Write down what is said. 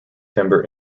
timber